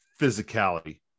physicality